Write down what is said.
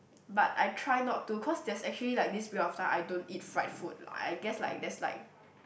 but I try not to cause there's actually like this period of time I don't eat fried food I guess like that's like